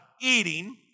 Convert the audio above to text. eating